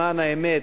למען האמת,